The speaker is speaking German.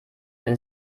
denn